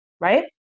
right